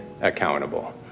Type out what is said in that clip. accountable